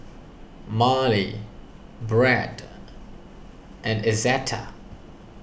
Marely Brett and Izetta